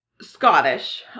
Scottish